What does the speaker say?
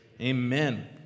Amen